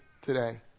today